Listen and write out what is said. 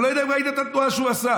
אני לא יודע אם ראית את התנועה שהוא עשה: